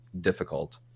difficult